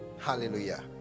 Hallelujah